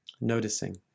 noticing